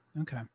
Okay